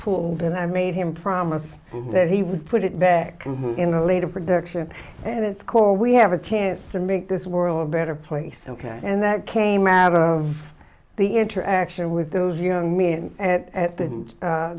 pool and i made him promise that he would put it back in the later production and its core we have a chance to make this world a better place ok and that came out of the interaction with those young men at the end